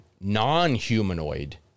non-humanoid